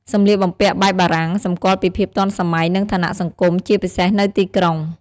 សម្លៀកបំពាក់បែបបារាំងសម្គាល់ពីភាពទាន់សម័យ និងឋានៈសង្គម ជាពិសេសនៅទីក្រុង។